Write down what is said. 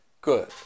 good